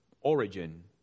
origin